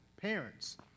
parents